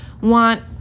want